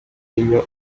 robinho